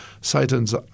Satan's